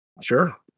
Sure